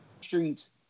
streets